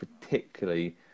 particularly